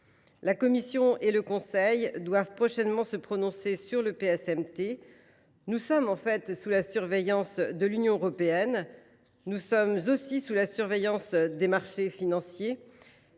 de l’Union européenne doivent prochainement se prononcer sur le PSMT. Nous sommes, en réalité, sous la surveillance de l’Union européenne. Nous sommes aussi sous la surveillance des marchés financiers.